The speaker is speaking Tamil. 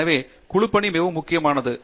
எனவே குழுப்பணி மிகவும் முக்கியமானது